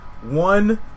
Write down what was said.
One